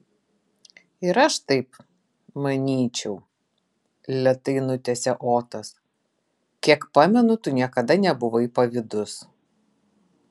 ir aš taip manyčiau lėtai nutęsė otas kiek pamenu tu niekada nebuvai pavydus